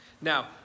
Now